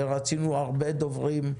רצינו הרבה דוברים,